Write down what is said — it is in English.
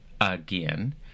again